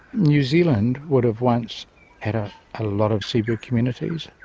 new zealand would have once had a lot of seabird communities.